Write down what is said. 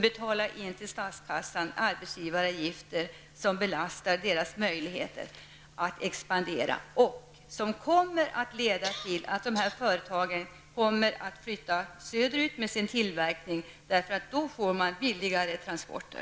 Skall de till statskassan betala arbetsgivaravgifter som belastar deras möjligheter att expandera och som kommer att leda till att de här företagen flyttar söderut med sin tillverkning, för då får de billigare transporter?